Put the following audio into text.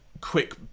quick